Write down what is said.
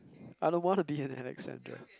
I don't want to be an Alexander